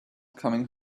coming